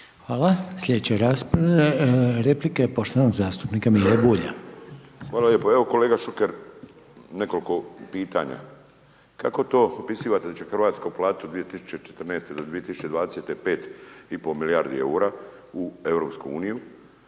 Hvala. Slijedeća replika je poštovanog zastupnika Mire Bulja. **Bulj, Miro (MOST)** Hvala lijepo. Evo kolega Šuker, nekoliko pitanja. Kako to opisivate da će Hrvatska uplatiti od 2014. do 2020., 5,5 milijardi eura u EU?